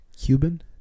Cuban